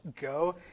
go